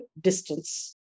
distance